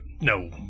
no